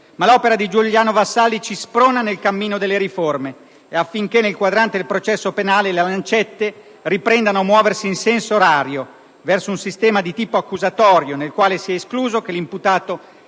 Ma l'opera di Giuliano Vassalli ci sprona nel cammino delle riforme affinché nel quadrante del processo penale le lancette riprendano a muoversi in senso orario, verso un sistema di tipo accusatorio nel quale sia escluso che l'imputato